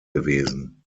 gewesen